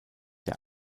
der